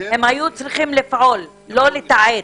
הם היו צריכים לפעול ולא לתעד.